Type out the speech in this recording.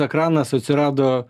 ekranas atsirado